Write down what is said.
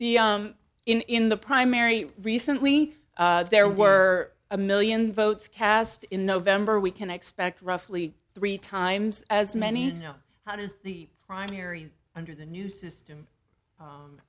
the in the primary recently there were a million votes cast in november we can expect roughly three times as many you know how does the primary under the new system